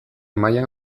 mailan